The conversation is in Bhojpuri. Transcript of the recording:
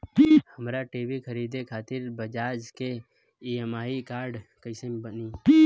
हमरा टी.वी खरीदे खातिर बज़ाज़ के ई.एम.आई कार्ड कईसे बनी?